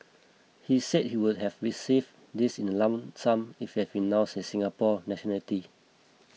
he said he would have received this in a lump sum if he had renounced his Singaporean nationality